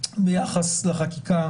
ביחס לחקיקה